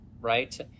right